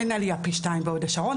אין עלייה פי שניים בהוד השרון,